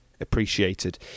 appreciated